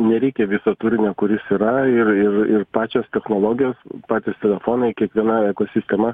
nereikia viso turinio kuris yra ir ir ir pačios technologijos patys saksofonai kiekviena ekosistema